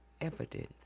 evidence